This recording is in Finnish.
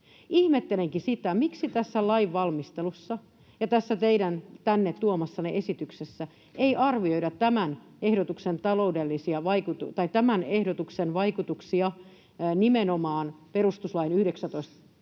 Ihmettelenkin sitä, miksi tässä lainvalmistelussa ja tässä teidän tänne tuomassanne esityksessä ei arvioida tämän ehdotuksen vaikutuksia nimenomaan perustuslain 19